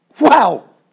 Wow